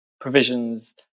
provisions